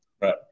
Right